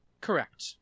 Correct